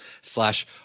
slash